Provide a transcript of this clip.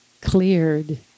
cleared